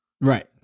Right